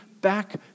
back